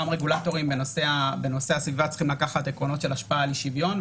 גם רגולטורים בנושא הסביבה צריכים לקחת עקרונות של השפעה על שוויון.